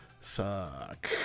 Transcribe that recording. suck